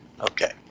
Okay